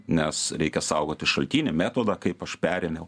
nes reikia saugoti šaltinį metodą kaip aš perėmiau